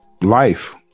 life